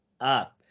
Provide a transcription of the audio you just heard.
up